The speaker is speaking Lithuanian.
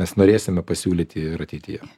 mes norėsime pasiūlyti ir ateityje